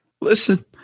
Listen